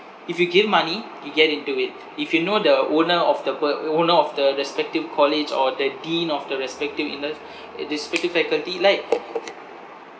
if you give money you get into it if you know the owner of the per~ owner of the respective college or the dean of the respective in it it is pretty faculty like